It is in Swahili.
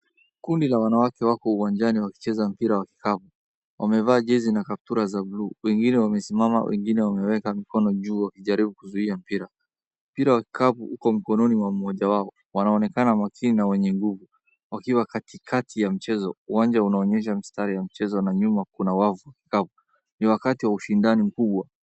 Kundi ka wanawake wako uwanjani wakicheza mpira wa kikapu. Wamevaa jezi na kaptura za buluu. Wengine wamesimama, wengine wameeka mikono juu wakijaribu kuzuia mpira. Mpira wa kikapu uko mkononi mwa mmoja wao, wanaonekana makini na wenye nguvu wakiwa katikati ya mchezo. Uwanja unaonyesha mstari ya mchezo na nyuma kuna wavu kavu . Ni wakati wa ushindani mkubwa.